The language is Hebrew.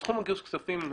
בתחום גיוס כספים,